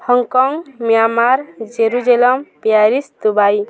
Hong Kong Myanmar Jerusalem Paris Dubai